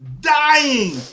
dying